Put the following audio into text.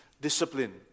discipline